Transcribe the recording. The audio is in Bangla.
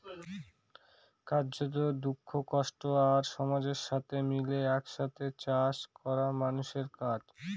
কার্যত, দুঃখ, কষ্ট আর সমাজের সাথে মিলে এক সাথে চাষ করা মানুষের কাজ